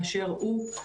באשר הוא,